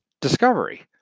discovery